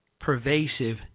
pervasive